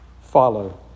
follow